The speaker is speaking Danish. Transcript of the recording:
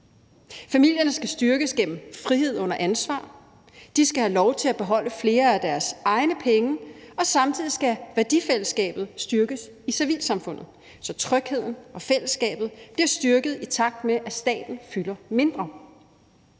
Familierne skal styrkes gennem frihed under ansvar. De skal have lov til at beholde flere af deres egne penge, og samtidig skal værdifællesskabet styrkes i civilsamfundet, så trygheden og fællesskabet bliver styrket, i takt med at staten fylder mindre.